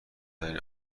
ترین